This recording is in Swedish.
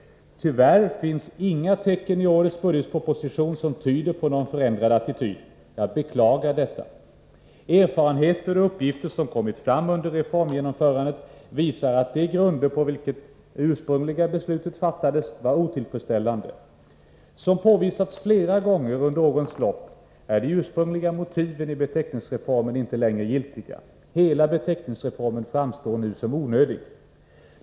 Tyvärr finns inga tecken i årets budgetproposition som tyder på någon förändrad attityd. Jag beklagar detta. Erfarenheter och uppgifter som kommit fram under reformgenomförandet visar att de grunder på vilka det ursprungliga beslutet fattades var otillfredsställande. Som påvisats flera gånger under årens lopp är de ursprungliga motiven i beteckningsreformen inte längre giltiga. Hela beteckningsreformen framstår nu som onödig.